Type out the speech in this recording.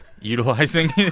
Utilizing